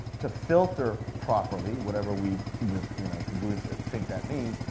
to filter properly, whatever we with you know congruences think that means,